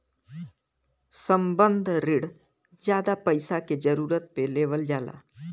संबंद्ध रिण जादा पइसा के जरूरत पे लेवल जाला